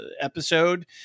episode